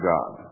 God